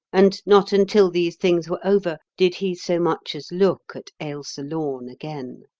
and not until these things were over did he so much as look at ailsa lorne again.